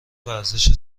ورزش